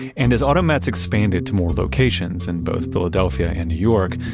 and as automats expanded to more locations in both philadelphia and new york,